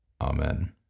Amen